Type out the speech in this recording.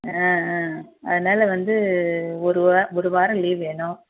ஆ ஆ அதனால் வந்து ஒரு வா ஒரு வாரம் லீவ் வேணும்